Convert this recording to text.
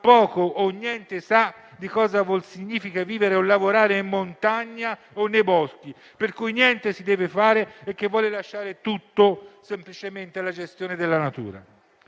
poco o niente sa cosa significa vivere e lavorare in montagna o nei boschi, e per la quale niente si deve fare perché vuole lasciare tutto semplicemente alla gestione della natura.